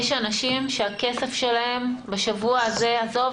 יש אנשים שהכסף שלהם בשבוע הזה עזוב